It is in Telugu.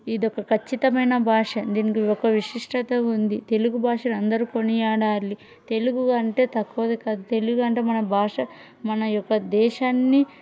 ఇదొక ఖచ్చితమైన భాష దీనికి ఒక విశిష్టత ఉంది తెలుగు భాషను అందరూ కొనియాడాలి తెలుగు అంటే తక్కువది కాదు తెలుగు అంటే మన భాష మన యొక్క దేశాన్ని